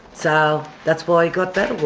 so that's why he got that